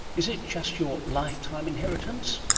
is it just your lifetime inheritance?